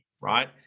right